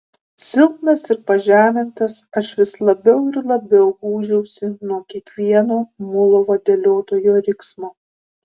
silpnas ir pažemintas aš vis labiau ir labiau gūžiausi nuo kiekvieno mulo vadeliotojo riksmo